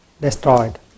destroyed